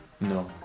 No